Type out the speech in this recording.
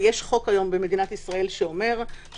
ויש היום חוק במדינת ישראל שאומר שהמאגר